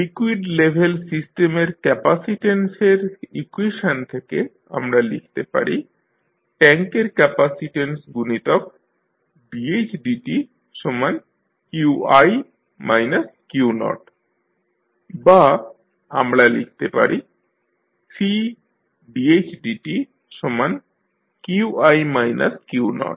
liquid level সিস্টেমের ক্যাপাসিট্যান্সের equation থেকে আমরা লিখতে পারি ট্যাঙ্কের ক্যাপাসিট্যান্স গুণিতক dhdtqi q0 বা আমরা লিখতে পারি Cdhdt